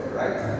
right